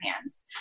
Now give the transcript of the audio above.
hands